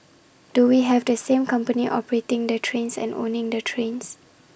do we have the same company operating the trains and owning the trains